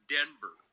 Denver